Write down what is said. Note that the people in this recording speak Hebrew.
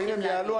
אם הם יעלו,